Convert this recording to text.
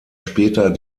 später